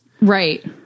Right